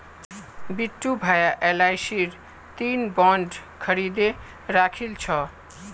बिट्टू भाया एलआईसीर तीन बॉन्ड खरीदे राखिल छ